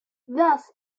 thus